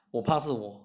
我发送